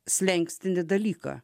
slenkstinį dalyką